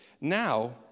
Now